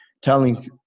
telling